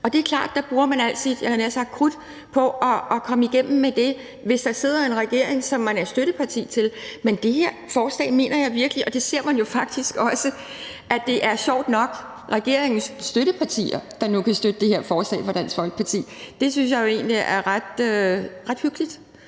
og det er klart, at der bruger man alt sit, jeg havde nær sagt krudt på at komme igennem med de ting, hvis der sidder en regering, som man er støtteparti for. Men det her forslag mener jeg virkelig ikke er det, og man ser jo sjovt nok også, at det faktisk er regeringens støttepartier, der nu kan støtte det her forslag fra Dansk Folkeparti. Det synes jeg jo egentlig er ret hyggeligt